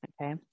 Okay